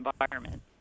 environment